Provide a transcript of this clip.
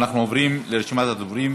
אנחנו עוברים לרשימת הדוברים.